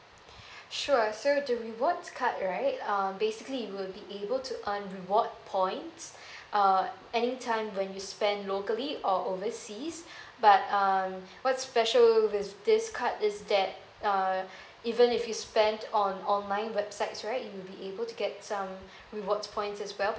sure so the rewards card right um basically you'll be able to earn reward points uh anytime when you spend locally or overseas but um what's special with this card is that uh even if you spend on online websites right you'll be able to get some rewards points as well